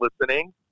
listening